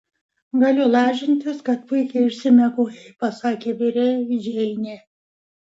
galiu lažintis kad puikiai išsimiegojai pasakė virėjui džeinė